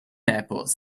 airports